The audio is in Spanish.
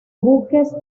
buques